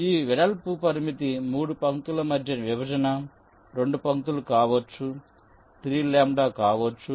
ఈ వెడల్పు పరిమితి 3 పంక్తుల మధ్య విభజన 2 పంక్తులు కావచ్చు 3λ కావచ్చు